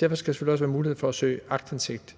Derfor skal der selvfølgelig også være mulighed for at søge aktindsigt.